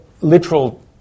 literal